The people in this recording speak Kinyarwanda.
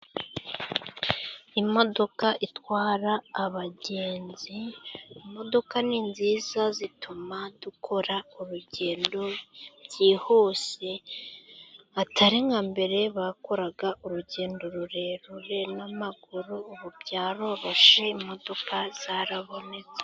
Imodoka itwara abagenzi, imodoka ni nziza zituma dukora urugendo byihuse, atari nka mbere bakoraga urugendo rurerure n'amaguru, ubu byaroroshe imodoka zarabonetse.